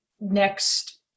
next